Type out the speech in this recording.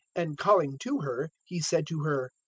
and calling to her, he said to her,